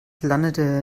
landete